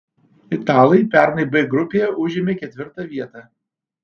italai pernai b grupėje užėmė ketvirtą vietą